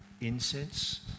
incense